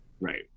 Right